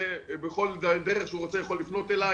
בכל דרך שהוא רוצה הוא יכול לפנות אלי